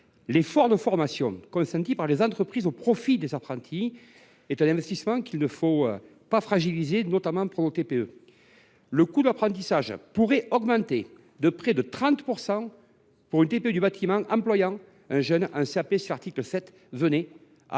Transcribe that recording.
L’effort de formation consenti par les entreprises au profit des apprentis est un investissement qu’il ne faut pas fragiliser, notamment pour nos TPE. Le coût d’apprentissage pourrait augmenter de près de 30 % pour une TPE du bâtiment employant un jeune en CAP si l’article 7 venait à